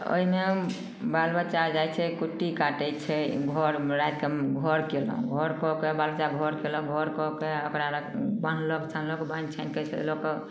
तऽ ओहिमे बालबच्चा जाइत छै कुट्टी काटैत छै घरमे रातिके घर कयलहुँ घर कऽ कऽ बालबच्चा घर कयलक घर कऽ कऽ ओकरा बन्हलक छान्हलक बान्हि छानि कऽ कऽ लै कऽ